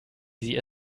sie